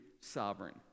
sovereign